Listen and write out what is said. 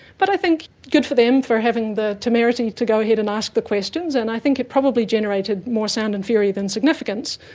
but i think good for them for having the temerity to go ahead and ask the questions and i think it probably generated more sound and fury than significance,